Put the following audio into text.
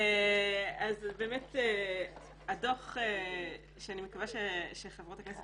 אז באמת הדו"ח שאני מקווה שחברות הכנסת